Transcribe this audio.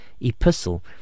epistle